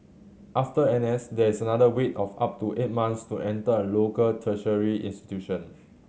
after N S there is another wait of up to eight months to enter a local tertiary institution